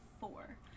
four